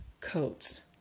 coats